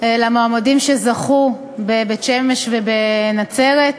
למועמדים שזכו בבחירות בבית-שמש ובנצרת.